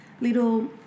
little